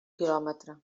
quilòmetre